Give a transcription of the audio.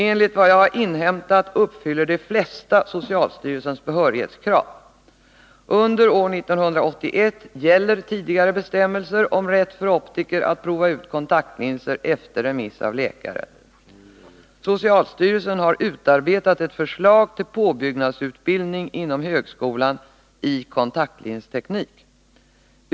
Enligt vad jag har inhämtat uppfyller de flesta socialstyrelsens behörighetskrav. Under år 1981 gäller tidigare bestämmelser om rätt för optiker att prova ut kontaktlinser efter remiss av läkare. Socialstyrelsen har utarbetat ett förslag till påbyggnadsutbildning inom högskolan i kontaktlinsteknik.